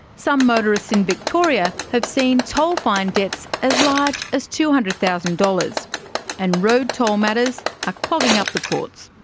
some motorists in victoria have seen toll fine debts as large as two hundred thousand dollars and road toll matters are ah clogging up the courts.